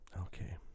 Okay